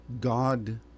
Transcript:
God